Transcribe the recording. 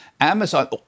Amazon